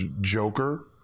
Joker